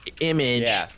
image